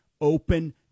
open